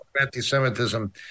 anti-Semitism